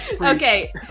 okay